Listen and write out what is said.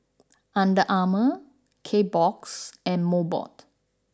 Under Armour Kbox and Mobot